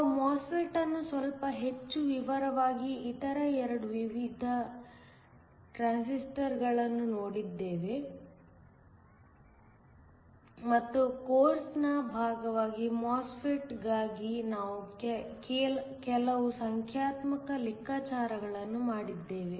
ನಾವು MOSFET ಅನ್ನು ಸ್ವಲ್ಪ ಹೆಚ್ಚು ವಿವರವಾಗಿ ಇತರ 2 ವಿಧದ ಟ್ರಾನ್ಸಿಸ್ಟರ್ಗಳನ್ನು ನೋಡಿದ್ದೇವೆ ಮತ್ತು ಕೋರ್ಸ್ನ ಭಾಗವಾಗಿ MOSFET ಗಾಗಿ ನಾವು ಕೆಲವು ಸಂಖ್ಯಾತ್ಮಕ ಲೆಕ್ಕಾಚಾರಗಳನ್ನು ಮಾಡಿದ್ದೇವೆ